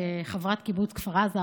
כחברת קיבוץ כפר עזה,